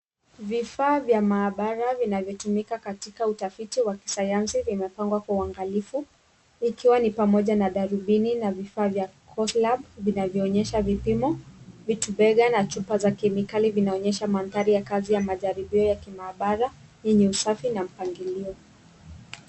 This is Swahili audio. Vifaa vya maabara vinavyotumika katika utafiti wa kisayansi vimepangwa kwa uangalifu likiwa ni pamoja na darubini na vifaa vya Course Lab vinavyoonyesha vipimo, vitubega na chupa za kemikali vinaonyesha mandhari ya makazi ya majaribio ya kimaabara yenye usafi na mpangilio.